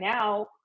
now